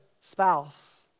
spouse